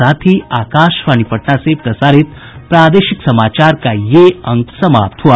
इसके साथ ही आकाशवाणी पटना से प्रसारित प्रादेशिक समाचार का ये अंक समाप्त हुआ